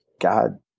god